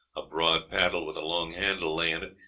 a broad paddle with a long handle lay in it,